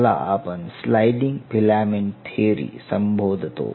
याला आपण sliding filament theory संबोधतो